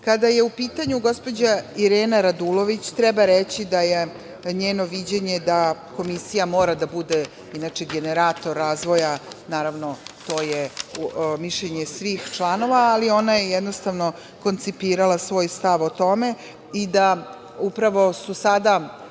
je u pitanju gospođa Irena Radulović, treba reći da je njeno viđenje da Komisija mora da bude generator razvoja, naravno, to je mišljenje svih članova, ali ona je jednostavno koncipirala svoj stav o tome. Upravo su sada,